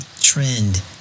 trend